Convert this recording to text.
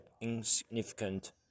insignificant